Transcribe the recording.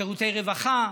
שירותי רווחה,